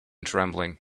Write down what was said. trembling